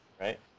right